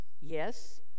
Yes